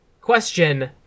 question